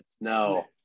No